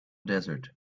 desert